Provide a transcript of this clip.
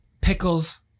pickles